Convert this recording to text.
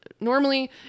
normally